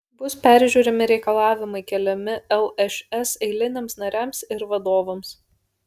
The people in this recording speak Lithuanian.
bus peržiūrimi reikalavimai keliami lšs eiliniams nariams ir vadovams